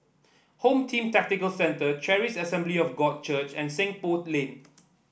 Home Team Tactical Centre Charis Assembly of God Church and Seng Poh Lane